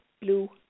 blue